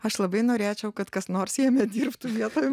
aš labai norėčiau kad kas nors jame dirbtų vietoj